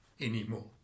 anymore